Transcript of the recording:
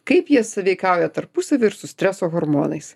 kaip jie sąveikauja tarpusavy ir su streso hormonais